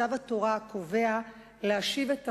וצו התורה הקובע להשיב את השבויים,